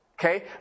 Okay